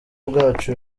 bwacu